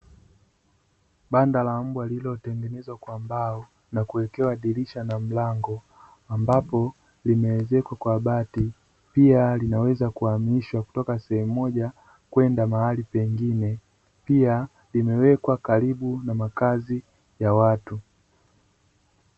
Banda la mbwa lililotengenezwa kwa mbao na kuwekewa dirisha na mlango ambapo limeezekwa kwa bati, pia linaweza kuhamishwa kutoka sehemu moja kwenda mahali pengine pia limewekwa karibu na makazi ya watu.